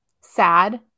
sad